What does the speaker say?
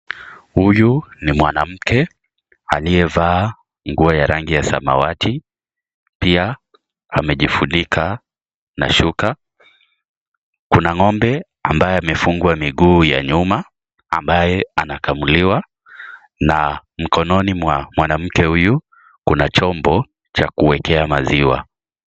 Huyu ni mwanamke aliyevaa nguo ya rangi ya samawati pia amejifunika na shuka , kuna ngombe ambaye amefungwa miguu ya nyuma ambaye anakamuliwa na mikononi mwa mwanamke huyu kuna chombo cha kuwekea maziwa.